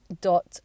dot